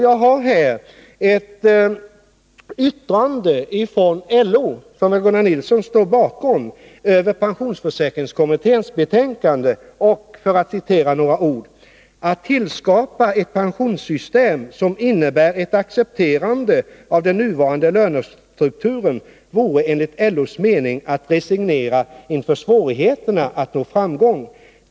Jag har här ett yttrande, som Gunnar Nilsson väl står bakom, från LO över pensionsförsäkringskommitténs betänkande. Jag vill citera några ord ur det: ”Att tillskapa ett pensionssystem som innebär ett accepterande av den nuvarande lönestrukturen vore enligt LO:s mening att resignera inför svårigheterna att nå framgång.